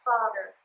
Father